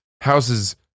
houses